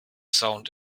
sound